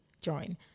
join